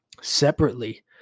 separately